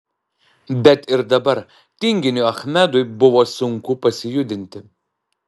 bet ir dabar tinginiui achmedui buvo sunku pasijudinti